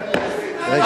מה עם קירוב לבבות, ?